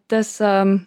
tas a